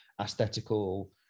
aesthetical